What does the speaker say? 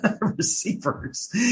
receivers